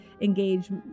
engage